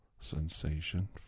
Sensation